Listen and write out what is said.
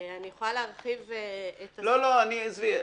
אני יכולה להרחיב --- לא, עזבי,